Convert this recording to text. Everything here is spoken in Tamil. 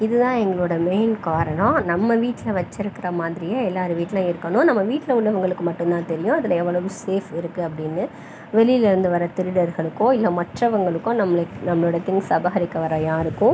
இதுதான் எங்களோடய மெயின் காரணம் நம்ம வீட்டில் வச்சுருக்கற மாதிரியே எல்லார் வீட்லையும் இருக்கணும் நம்ம வீட்டில் உள்ளவர்களுக்கு மட்டுந்தான் தெரியும் அதில் எவ்வளவு சேஃப் இருக்கு அப்படின்னு வெளியிலேருந்து வர திருடர்களுக்கோ இல்லை மற்றவர்களுக்கோ நம்மளுக்கு நம்மளோடய திங்ஸ் அபகரிக்க வர யாருக்கும்